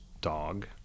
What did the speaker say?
dog